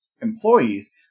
employees